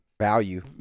value